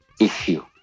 issue